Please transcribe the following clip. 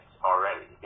Already